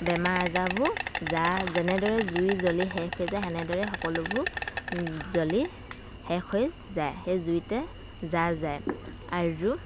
বেমাৰ আজাৰবোৰ জাহ যেনেদৰে জুই জ্বলি শেষ হৈ যায় সেনেদৰে সকলোবোৰ জ্বলি শেষ হৈ যায় সেই জুইতে জাহ যায় আৰু